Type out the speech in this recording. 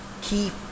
keep